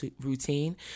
routine